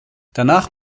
danach